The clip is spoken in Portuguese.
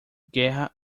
guerra